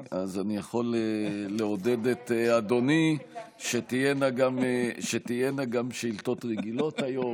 אז אני יכול לעודד את אדוני שתהיינה גם שאילתות רגילות היום,